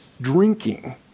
drinking